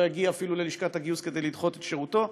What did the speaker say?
לא יגיע אפילו ללשכת הגיוס כדי לדחות את שירותו.